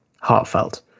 heartfelt